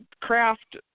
craft